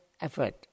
Effort